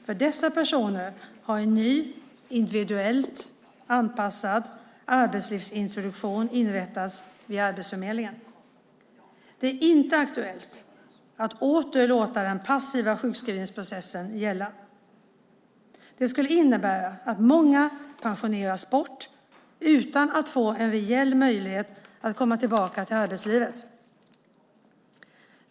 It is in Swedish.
För dessa personer har en ny individuellt anpassad arbetslivsintroduktion inrättats vid Arbetsförmedlingen. Det är inte aktuellt att åter låta den passiva sjukskrivningsprocessen gälla. Det skulle innebära att många pensioneras bort utan att få en reell möjlighet att komma tillbaka i arbetslivet.